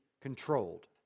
controlled